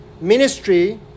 ministry